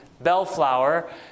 Bellflower